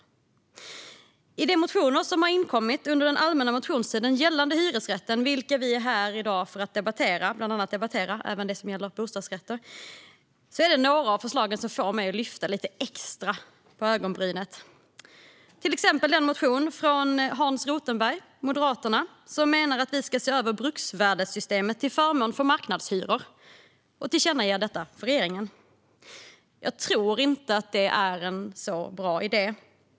Bland de motioner som inkom under allmänna motionstiden gällande hyresrätten, vilka vi är här i dag för att debattera - vi ska även debattera dem som gäller bostadsrätter - är det några som får mig att lyfta lite extra på ögonbrynen. Ett exempel är den motion från Hans Rothenberg från Moderaterna som menar att vi ska se över bruksvärdessystemet till förmån för marknadshyror och tillkännage detta för regeringen. Jag tror inte att det är en så bra idé.